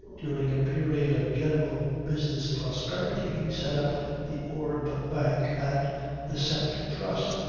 during a period of general business prosperity he set up the orb bank and the sceptre trust,